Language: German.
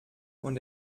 und